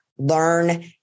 learn